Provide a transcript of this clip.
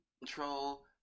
Control